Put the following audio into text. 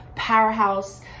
powerhouse